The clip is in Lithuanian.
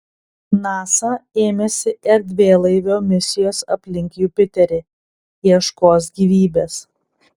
nasa ėmėsi erdvėlaivio misijos aplink jupiterį ieškos gyvybės